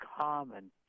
common